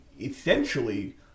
essentially